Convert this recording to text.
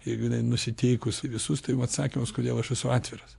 jeigu jinai nusiteikus į visus atsakymus kodėl aš esu atviras